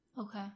Okay